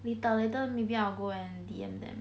later later maybe I'll go and D_M them